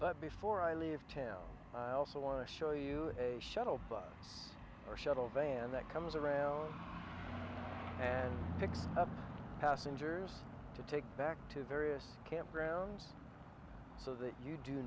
but before i leave tail i also want to show you a shuttle bus or shuttle van that comes around and six passengers to take back to various campgrounds so that you do